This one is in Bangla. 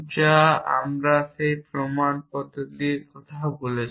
যা আমরা যে প্রমাণ পদ্ধতির কথা বলছি